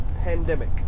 pandemic